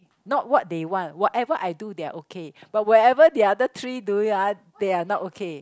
not what they want whatever I do they are okay but whatever the other three do it ah they are not okay